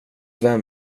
vem